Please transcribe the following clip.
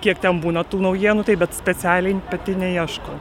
kiek ten būna tų naujienų taip bet specialiai pati neieškau